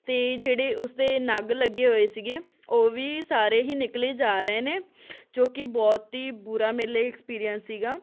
ਅਤੇ ਜਿਹੜੇ ਉਸਦੇ ਨਗ ਲੱਗੇ ਹੋਏ ਸੀਗੇ ਉਹ ਵੀ ਸਾਰੇ ਹੀ ਨਿਕਲੇ ਜਾ ਰਹੇ ਨੇ ਜੋ ਕਿ ਬਹੁਤ ਹੀ ਬੁਰਾ ਮੇਰੇ ਲਈ ਐਕਸਪੀਰੀਅੰਸ ਸੀਗਾ